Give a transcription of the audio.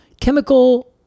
chemical